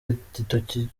igitoki